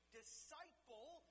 disciple